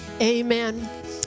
Amen